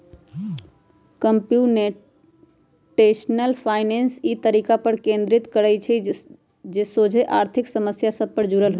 computational finance इ तरीका पर केन्द्रित करइ छइ जे सोझे आर्थिक समस्या सभ से जुड़ल होइ छइ